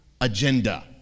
agenda